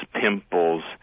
pimples